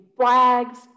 flags